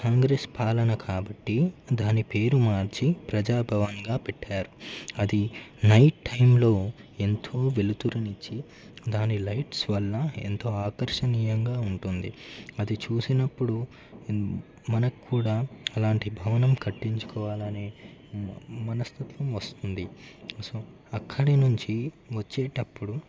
కాంగ్రెస్ పాలన కాబట్టి దాని పేరు మార్చి ప్రజాభవన్గా పెట్టారు అది నైట్ టైంలో ఎంతో వెలుతురు నిచ్చి దాని లైట్స్ వల్ల ఎంతో ఆకర్షణీయంగా ఉంటుంది అది చూసినప్పుడు మనకు కూడా అలాంటి భవనం కట్టించుకోవాలని మనస్తత్వం వస్తుంది అక్కడ నుంచి వచ్చేటప్పుడు